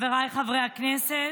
חבריי חברי הכנסת,